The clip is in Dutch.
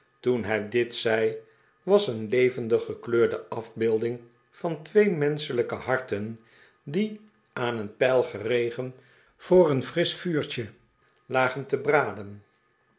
toen hij dit zei was een levendig gekleurde afbeelding van twee menschelijke harten die aah een pijl geregen voor een frisch vuurtje lagen te braden